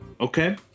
Okay